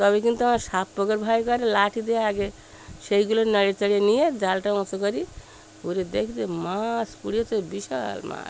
তবে কিন্তু আমার সাপ পোকার ভয় করে লাঠি দিয়ে আগে সেইগুলো নেড়েচেড়ে নিয়ে জালটা উঁচু করি ঘুরে দেখি যে মাছ পড়েছে বিশাল মাছ